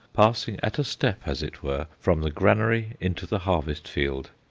passing at a step as it were from the granary into the harvest-field,